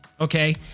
okay